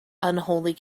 unholy